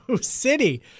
City